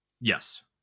Yes